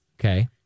okay